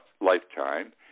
lifetime